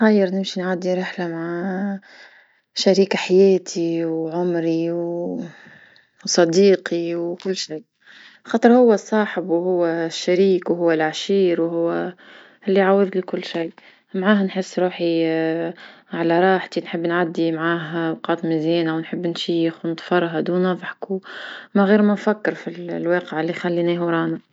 نخير نمشي نعدي رحلة مع شريك حياتي وعمري وصديقي وكل شيء خاطر هو صاحب وهو شريك وهو لعشير وهو اللي عوضلي كل شيء معاه نحس روحي على راحتي نحب نعدي معاه وقات مزيانة ونحب نشيخ ونتفرهد ونضحكو من غير ما نفكر في الواقع اللي خليناه ورانا.